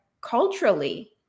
culturally